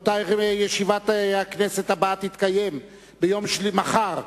ישיבת הכנסת הבאה תתקיים מחר,